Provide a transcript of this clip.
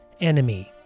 enemy